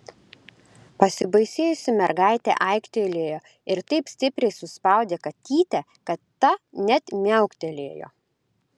pasibaisėjusi mergaitė aiktelėjo ir taip stipriai suspaudė katytę kad ta net miauktelėjo